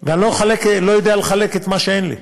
ואני לא יודע לחלק את מה שאין לי.